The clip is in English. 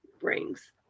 brings